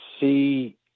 see